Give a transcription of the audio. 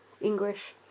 English